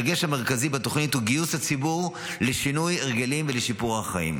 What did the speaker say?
הדגש המרכזי בתוכנית הוא גיוס הציבור לשינוי הרגלים ולשיפור החיים.